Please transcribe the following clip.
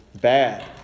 bad